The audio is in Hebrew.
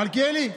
מלכיאלי,